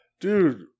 Dude